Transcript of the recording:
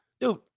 dude